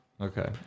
Okay